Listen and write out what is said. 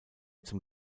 zum